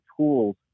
tools